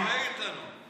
אה, את דואגת לנו.